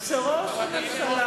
שראש הממשלה